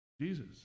Jesus